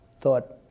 thought